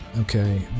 Okay